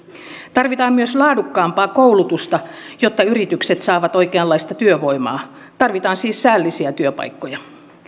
tarvitaan myös laadukkaampaa koulutusta jotta yritykset saavat oikeanlaista työvoimaa tarvitaan siis säällisiä työpaikkoja